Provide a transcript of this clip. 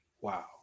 Wow